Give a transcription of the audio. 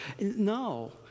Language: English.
No